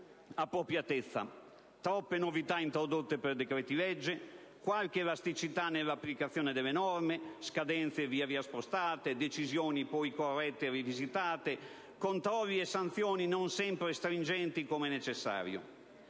appropriatezza. Troppe novità introdotte per decreti-legge, qualche elasticità nell'applicazione delle norme, scadenze via via spostate, decisioni poi corrette e rivisitate, controlli e sanzioni non sempre stringenti come necessario.